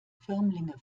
firmlinge